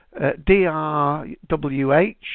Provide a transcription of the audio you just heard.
drwh